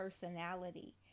personality